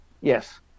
yes